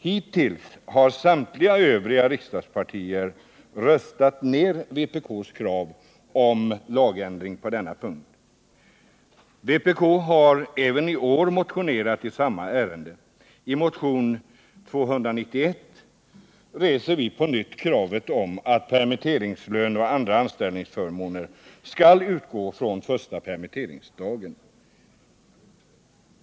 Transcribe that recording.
Hittills har samtliga övriga riksdagspartier röstat ner vpk:s krav om lagändring på den punkten. Vpk har även i år motionerat i det ärendet. I motion 291 reser vi på nytt kravet på att permitteringslön och andra anställningsförmåner skall utgå från första permitteringsdagen.